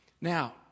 Now